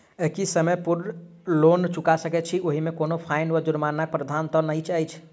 की समय पूर्व लोन चुका सकैत छी ओहिमे कोनो फाईन वा जुर्मानाक प्रावधान तऽ नहि अछि?